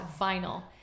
vinyl